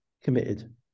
committed